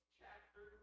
chapter